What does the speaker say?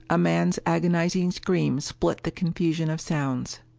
a man's agonizing scream split the confusion of sounds.